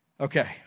Okay